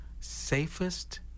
safest